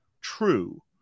true